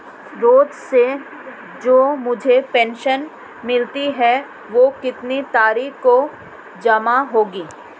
रोज़ से जो मुझे पेंशन मिलती है वह कितनी तारीख को जमा होगी?